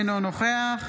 אינו נוכח